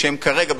שהם כרגע,